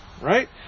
right